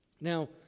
Now